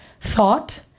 thought